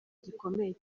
gikomeye